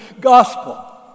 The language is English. gospel